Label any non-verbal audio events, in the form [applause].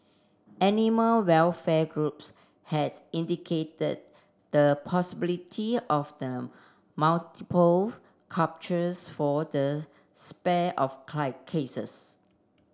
animal welfare groups had indicated the possibility of the multiple [unintelligible] for the spate of [unintelligible] cases